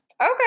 okay